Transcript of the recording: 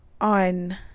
on